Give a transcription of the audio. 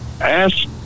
ask